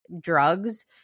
drugs